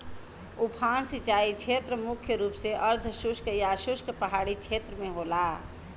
उफान सिंचाई छेत्र मुख्य रूप से अर्धशुष्क या शुष्क पहाड़ी छेत्र में होला